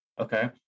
okay